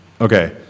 Okay